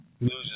loses